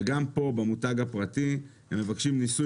וגם פה במותג הפרטי הם מבקשים ניסוי